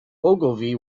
ogilvy